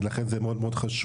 אז לכן זה מאוד חשוב.